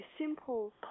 simple